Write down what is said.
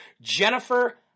Jennifer